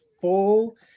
full